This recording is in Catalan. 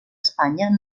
espanya